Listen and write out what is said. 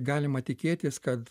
galima tikėtis kad